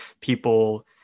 people